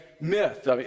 myth